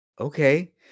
Okay